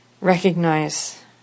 recognize